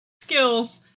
skills